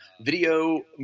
video